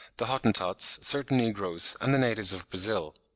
the hottentots, certain negroes, and the natives of brazil.